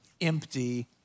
empty